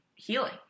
healing